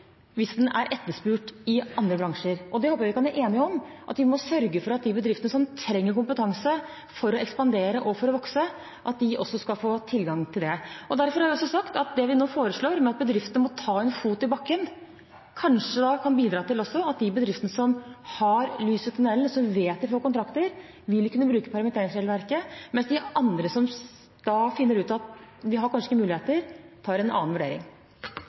hvis den er etterspurt i andre bransjer. Det håper jeg vi kan være enige om: at vi må sørge for at de bedriftene som trenger kompetanse for å ekspandere og for å vokse, får tilgang til det. Derfor har jeg også sagt at det vi nå foreslår om at bedriftene må sette en fot i bakken, kanskje også kan bidra til at de bedriftene som ser lys i tunellen og vet de får kontrakter, vil kunne bruke permitteringsregelverket, mens de andre, som kanskje finner ut at de ikke har muligheter, gjør en annen vurdering.